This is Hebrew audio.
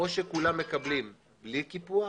או כולם מקבלים בלי קיפוח,